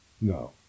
No